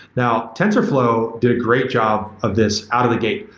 now, tensorflow did a great job of this out of the gate.